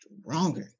stronger